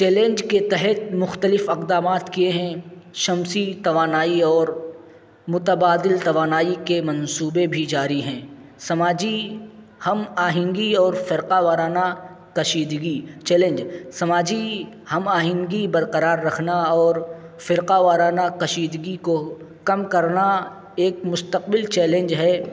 challenge کے تحت مختلف اقدامات کیے ہیں شمسی توانائی اور متبادل توانائی کے منصوبے بھی جاری ہیں سماجی ہم آہنگی اور فرقہ وارانہ کشیدگی چیلینج سماجی ہم آہنگی برقرار رکھنا اور فرقہ وارانہ کشیدگی کو کم کرنا ایک مستقل چیلینج ہے